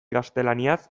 gaztelaniaz